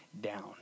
down